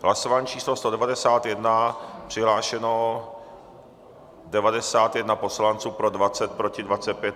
V hlasování číslo 191 přihlášeno 91 poslanců, pro 20, proti 25.